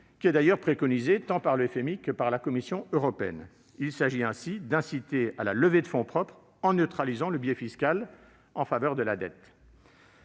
qui est préconisé par le FMI et la Commission européenne. Il s'agit ainsi d'inciter à la levée de fonds propres, en neutralisant le biais fiscal en faveur de la dette.